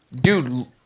dude